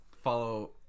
follow